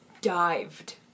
dived